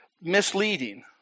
misleading